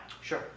Sure